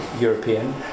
European